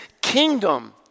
kingdom